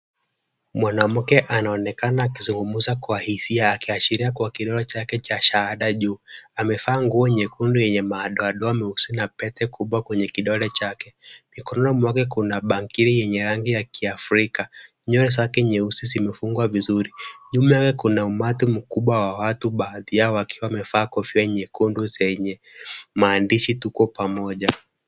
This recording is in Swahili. Mwanamke anaonekana akizungumza kwa hisia akiashiria kwa kidole cha shahada juu. Amevaa nguo nyekundu yenye madoadoa meusi na pete kubwa kwenye kidole chake. Mikononi mwake kuna bangili yenye rangi ya kiafrika. Nyoyo zake nyeusi zimefungwa vizuri. Nyuma yake kuna umati mkubwa wa watu baadhi yao wakiwa wamevaa kofia nyekundu zenye maandishi tuko pamoja.